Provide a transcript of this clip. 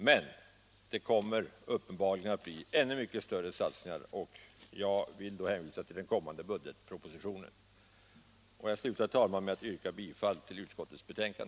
Men det kommer uppenbarligen att göras ännu mycket större insatser, och jag hänvisar till den kommande budgetpropositionen. Jag yrkar bifall till utskottets hemställan.